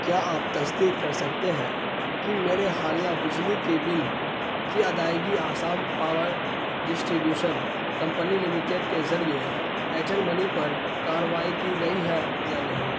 کیا آپ تصدیق کر سکتے ہیں کہ میرے حالیہ بجلی کے بل کی ادائیگی Assam power distribution company limited کے ذڑیعے ایئرٹیل منی پر کاروائی کی گئی ہے یا نہیں